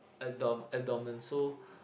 abdomen abdomen so